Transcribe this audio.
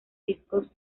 discos